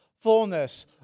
fullness